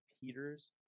Peter's